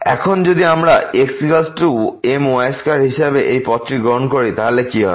এখন যদি আমরা এই x my2 এই বিশেষ পথটি গ্রহণ করি তাহলে কি হবে